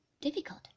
difficult